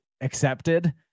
accepted